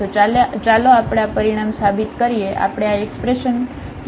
તો ચાલો આપણે આ પરિણામ સાબિત કરીએ આપણે આ એક્સપ્રેશનઓ કેવી રીતે મેળવી શકીએ